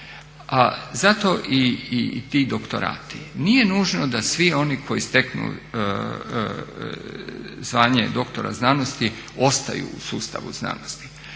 Zato i ti doktorati. Nije nužno da svi oni koji steknu zvanje doktora znanosti ostaju u sustavu znanosti